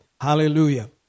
Hallelujah